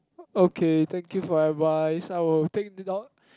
okay thank you for advice I will think it out